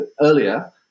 earlier